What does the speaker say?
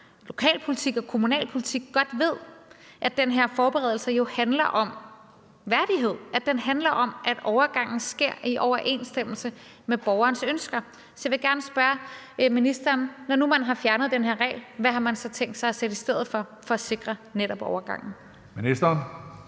lokalpolitik og kommunalpolitik godt ved, at den her forberedelse handler om værdighed, og at den handler om, at overgangen sker i overensstemmelse med borgerens ønsker. Så jeg vil gerne spørge ministeren: Når nu man har fjernet den her regel, hvad har man så tænkt sig at sætte i stedet for den for netop at sikre overgangen? Kl.